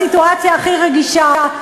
בסיטואציה הכי רגישה.